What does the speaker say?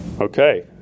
Okay